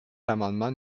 l’amendement